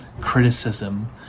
criticism